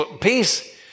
Peace